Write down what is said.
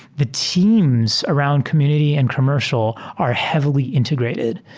the teams around community and commercial are heavily integrated.